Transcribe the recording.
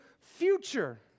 future